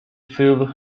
filled